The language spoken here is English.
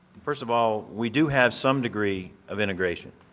first of all, we do have some degree of integration,